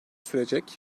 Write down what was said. sürecek